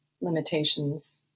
limitations